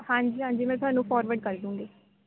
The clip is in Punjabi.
ਹਾਂਜੀ ਹਾਂਜੀ ਮੈਂ ਤੁਹਾਨੂੰ ਫੌਰਵਰਡ ਕਰ ਦਵਾਂਗੀ